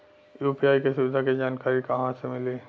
UPI के सुविधा के जानकारी कहवा से मिली?